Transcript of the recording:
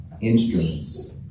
instruments